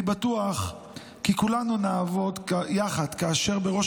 אני בטוח כי כולנו נעמוד יחד כאשר בראש